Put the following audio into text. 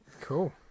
Cool